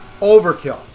Overkill